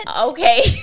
Okay